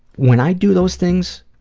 when i do those things,